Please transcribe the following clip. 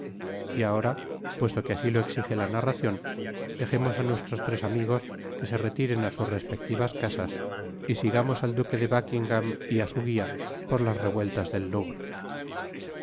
y ahora puesto que asi lo exige la narracion dejemos á nuestros tres amigos que se retiren á sus respectivas casas y sigamos al duque de buckingam y á su guia por las revuettas del